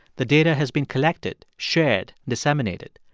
the data has been collected, shared, disseminated.